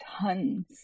tons